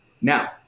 Now